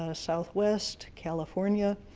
ah southwest, california,